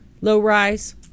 low-rise